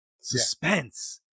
suspense